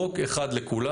חוק אחד לכולם.